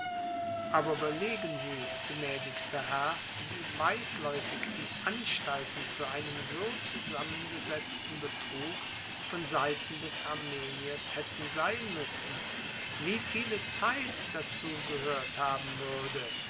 aber überlegen sie gnädigster herr wie weitläufig die anstalten zu einem so zusammengesetzten betrug von seiten des armeniers hätten sein müssen wie viele zeit dazu gehört haben würde